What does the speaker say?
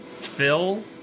Phil